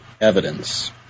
evidence